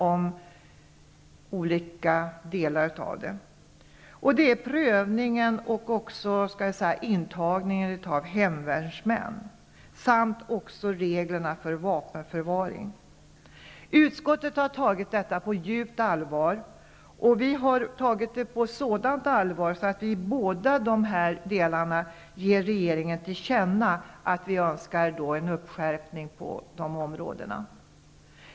Det gäller prövningen och intagningen av hemvärnsmän samt reglerna för vapenförvaring. Vi i utskottet har tagit detta på så djupt allvar att vi i båda dessa delar ger regeringen till känna att vi önskar en skärpning på dessa områden.